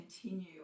continue